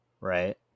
Right